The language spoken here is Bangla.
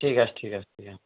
ঠিক আছে ঠিক আছে ঠিক আছে